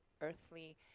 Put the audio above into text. earthly